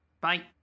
Bye